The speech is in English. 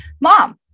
mom